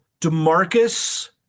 DeMarcus